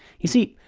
you see,